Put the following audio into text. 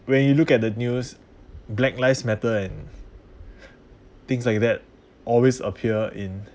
when you look at the news black lives matter and things like that always appear in